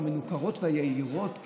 המנוכרות והיהירות,